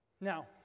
Now